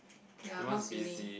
ya how's uni